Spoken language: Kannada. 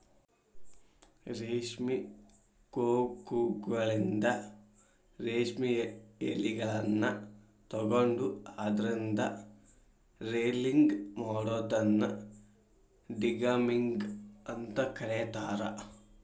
ರೇಷ್ಮಿ ಕೋಕೂನ್ಗಳಿಂದ ರೇಷ್ಮೆ ಯಳಿಗಳನ್ನ ತಕ್ಕೊಂಡು ಅದ್ರಿಂದ ರೇಲಿಂಗ್ ಮಾಡೋದನ್ನ ಡಿಗಮ್ಮಿಂಗ್ ಅಂತ ಕರೇತಾರ